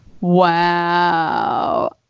Wow